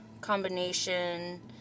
combination